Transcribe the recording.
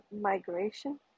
migration